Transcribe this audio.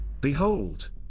Behold